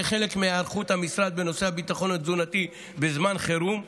כחלק מהיערכות המשרד בנושא הביטחון התזונתי בזמן חירום,